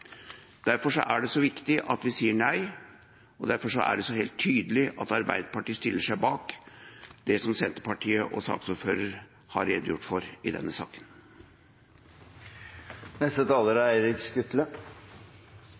Derfor er det så viktig at vi sier nei, og derfor er det så helt tydelig at Arbeiderpartiet stiller seg bak det som Senterpartiet og saksordføreren har redegjort for i denne